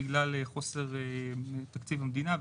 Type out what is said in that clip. בגלל חוסר בתקציב המדינה,